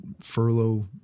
furlough